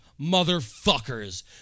motherfuckers